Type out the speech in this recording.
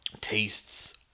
tastes